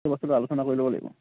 চব বস্তুবােৰ আলোচনা কৰিব লাগিব